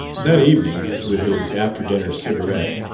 that evening, with his after-dinner cigarette,